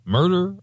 Murder